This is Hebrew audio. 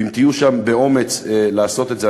ואם תהיו שם באומץ לעשות את זה,